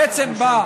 בעצם בא,